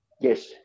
Yes